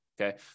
okay